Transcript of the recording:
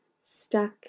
stuck